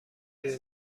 روی